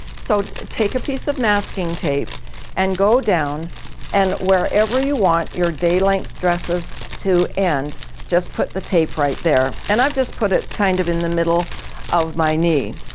so take a piece of masking tape and go down and wherever you want your day length dresses to end just put the tape right there. and i've just put it kind of in the middle of my knee.